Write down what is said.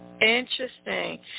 Interesting